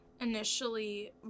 initially